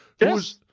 yes